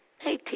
Hey